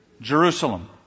Jerusalem